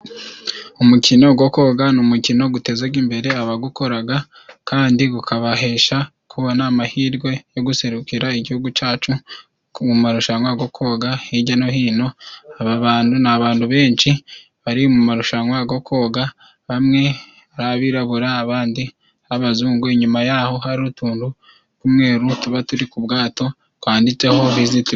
Umukino go koga ni umukino gutezaga imbere abagukoraga kandi gukabahesha kubona amahirwe yo guserukira igihugu cacu mu marushanwa go koga hijya no hino, aba bandu ni abandu benshi bari marushanwa go koga bamwe ari abirabura abandi b'abazungu, inyuma yaho hari utuntu tw'umweru tuba turi ku bwato twanditseho viziti.....